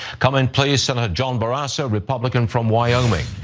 come and play senator john barrasso, republican from wyoming,